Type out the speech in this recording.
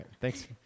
thanks